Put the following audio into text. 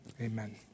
Amen